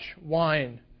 wine